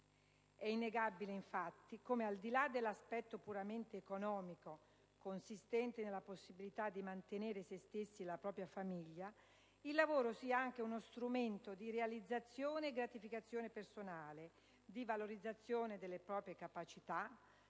innegabile come, al di là dell'aspetto puramente economico consistente nella possibilità di mantenere se stessi e la propria famiglia, il lavoro sia anche uno strumento di realizzazione e gratificazione personale, di valorizzazione delle proprie capacità,